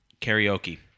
Karaoke